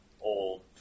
old